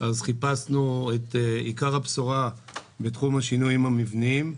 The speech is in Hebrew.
אז חיפשנו את עיקר הבשורה בתחום השינויים המבניים.